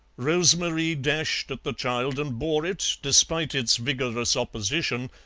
rose-marie dashed at the child and bore it, despite its vigorous opposition,